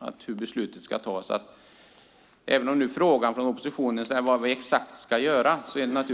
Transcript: om hur beslut ska tas. Oppositionen frågar vad vi exakt ska göra.